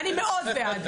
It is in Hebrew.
אני מאוד בעד,